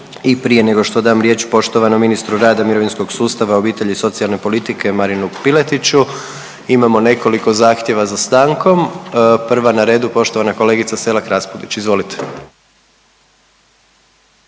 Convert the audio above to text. i prije nego što dam riječ poštovanom ministru rada i mirovinskog sustava, obitelji i socijalne politike Marinu Piletiću, imamo nekoliko zahtjeva za stankom. Prva na redu poštovana kolegica Selak Raspudić. Izvolite.